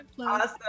awesome